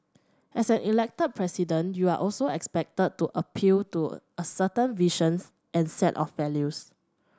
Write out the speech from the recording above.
as an Elected President you are also expected to appeal to a certain visions and set of values